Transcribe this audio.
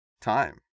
time